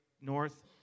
north